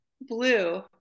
blue